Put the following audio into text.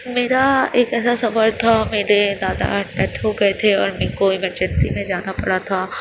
میرا ایک ایسا سفر تھا میرے دادا ڈیتھ ہو گئے تھے اور میرے کو ایمرجنسی میں جانا پڑا تھا